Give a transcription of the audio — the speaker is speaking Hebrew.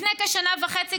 לפני כשנה וחצי,